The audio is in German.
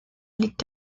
liegt